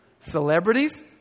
Celebrities